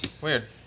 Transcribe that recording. Weird